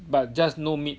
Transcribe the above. but just no meat